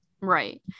Right